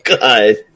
God